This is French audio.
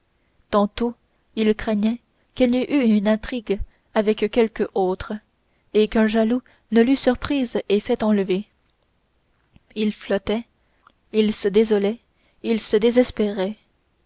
tantôt il craignait qu'elle n'eût eu une intrigue avec quelque autre et qu'un jaloux ne l'eût surprise et fait enlever il flottait il se désolait il se désespérait